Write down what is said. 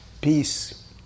peace